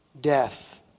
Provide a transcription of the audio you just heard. death